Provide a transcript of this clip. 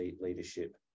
leadership